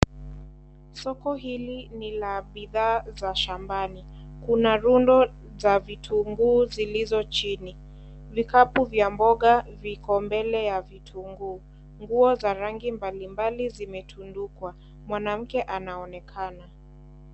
Soko hili ni la bidhaa za shambani, kuna rundo za vitunguu zilizo chini ,vikapu vya mboga viko mbele ya vitunguu, nguo za rangi mbalimbali zimetundukwa mwanamke anaonekana.